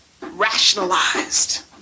rationalized